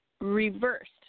reversed